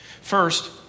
First